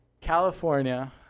California